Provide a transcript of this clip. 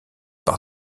par